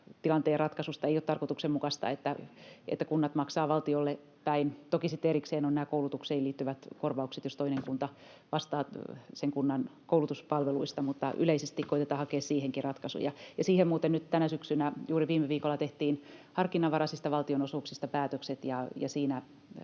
tilanteen ratkaisuista. Ei ole tarkoituksenmukaista, että kunnat maksavat valtiolle päin. Toki sitten erikseen ovat nämä koulutuksiin liittyvät korvaukset, jos toinen kunta vastaa kunnan koulutuspalveluista, mutta yleisesti koetetaan hakea siihenkin ratkaisuja. Siihen muuten nyt tänä syksynä, juuri viime viikolla, tehtiin harkinnanvaraisista valtionosuuksista päätökset. Siinä